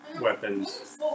weapons